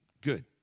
Good